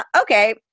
okay